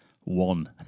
One